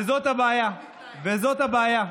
וזאת הבעיה.